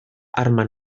arma